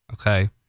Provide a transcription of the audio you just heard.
Okay